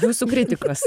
jūsų kritikos